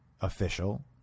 official